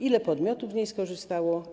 Ile podmiotów z niej skorzystało?